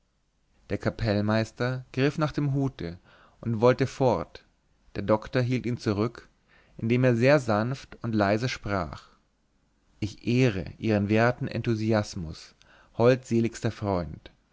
der kapellmeister griff nach dem hute und wollte fort der doktor hielt ihn zurück indem er sehr sanft und leise sprach ich ehre ihren werten enthusiasmus holdseligster freund